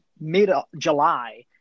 mid-July